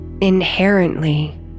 Inherently